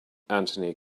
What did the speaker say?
anthony